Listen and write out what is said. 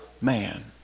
man